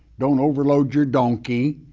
don't overload your donkey,